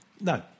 No